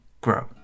grow